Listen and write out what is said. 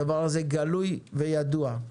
הדבר הזה גלוי וידוע.